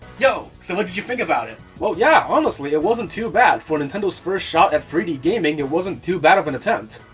yo, so what did you think about it? well yeah, honestly it wasn't too bad! for nintendo's first shot at three d gaming, it wasn't too bad of an attempt!